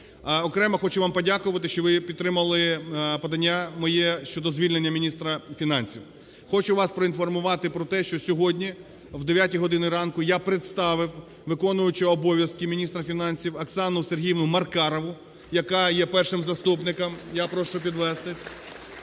Окремо хочу вам подякувати, що ви підтримати подання моє щодо звільнення міністра фінансів. Хочу вас проінформувати про те, що сьогодні о 9 годині ранку я представив виконуючого обов'язки міністра фінансів Оксану СергіївнуМаркарову, яка є першим заступником. Я прошу підвестись.